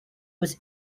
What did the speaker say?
with